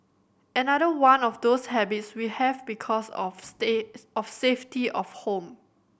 another one of those habits we have because of stay of safety of home